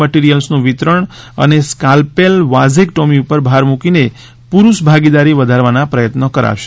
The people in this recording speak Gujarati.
મટીરીયલ્સનું વિતરણ અને સ્કાલપેલ વાઝેકટોમી ઉપર ભાર મૂકીને પુરૂષ ભાગીદારી વધારવા પ્રયત્નો કરાશે